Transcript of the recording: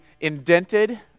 indented